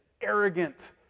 arrogant